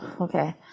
okay